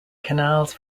canals